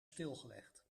stilgelegd